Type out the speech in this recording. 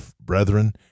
brethren